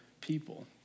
people